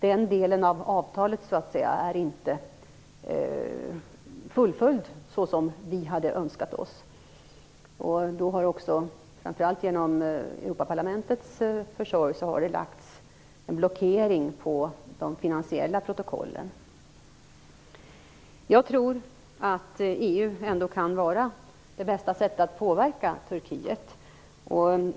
Den delen av avtalet har inte fullföljts på det sätt som vi hade önskat oss. Genom framför allt Europaparlamentets försorg har därför en blockering lagts på de finansiella protokollen. Jag tror att EU ändå kan vara det bästa sättet att påverka Turkiet.